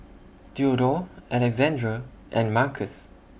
Theodore Alexandre and Marcus